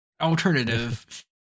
alternative